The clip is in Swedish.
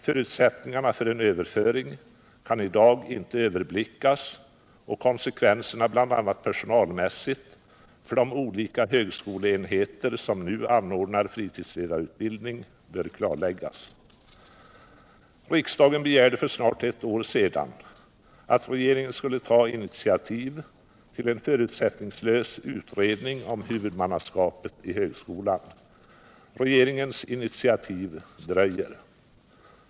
Förutsättningarna för en överföring kan i dag inte överblickas, och konsekvenserna, bl.a. personalmässigt, för de olika högskoleenheter som nu anordnar fritidsledarutbildning bör klarläggas. Riksdagen begärde för snart ett år sedan att regeringen skulle ta initiativ till en förutsättningslös utredning rörande huvudmannaskapet i högskolan. Regeringens initiativ dröjer.